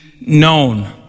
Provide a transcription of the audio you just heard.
known